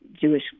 Jewish